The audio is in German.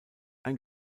ein